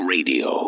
Radio